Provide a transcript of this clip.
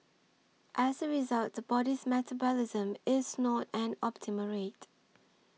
as a result the body's metabolism is not an optimal rate